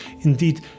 Indeed